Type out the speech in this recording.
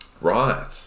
Right